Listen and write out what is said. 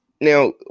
now